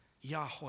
Yahweh